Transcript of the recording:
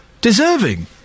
deserving